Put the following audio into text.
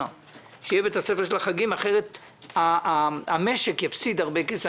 שיהיה בית הספר של החגים אחרת המשק יפסיד הרבה כסף.